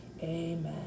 amen